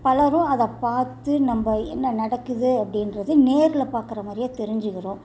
பலரும் அதை பார்த்து நம்ம என்ன நடக்குது அப்படின்றது நேரில் பார்க்குற மாதிரியே தெரிஞ்சுக்கிறோம்